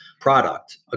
product